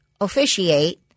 Officiate